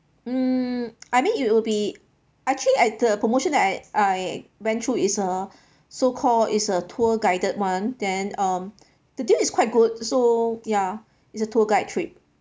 um I mean it'll be actually at the promotion that I I went through is uh so call is a tour guided one then um the deal is quite good so ya it's a tour guide trip